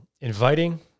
inviting